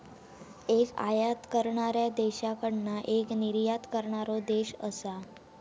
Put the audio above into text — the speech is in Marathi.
एक आयात करणाऱ्या देशाकडना एक निर्यात करणारो देश असा